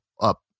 up